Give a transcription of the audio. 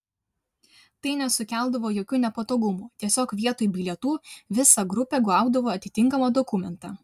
tai nesukeldavo jokių nepatogumų tiesiog vietoj bilietų visa grupė gaudavo atitinkamą dokumentą